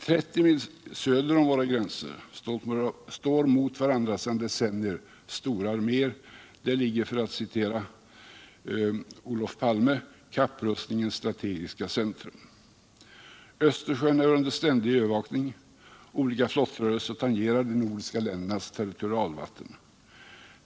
30 mil söder om våra gränser står mot varandra sedan decennier stora arméer — där finns, för att citera Olof Palme, kapprustningens strategiska centrum. Östersjön är under ständig övervakning, och olika flottrörelser tangerar de nordiska ländernas territorialvatten.